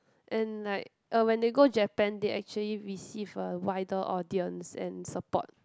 and like uh when they go Japan they actually receive a wider audience and support